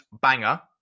banger